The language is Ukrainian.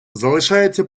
залишається